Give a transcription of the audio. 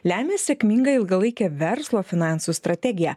lemia sėkmingą ilgalaikę verslo finansų strategiją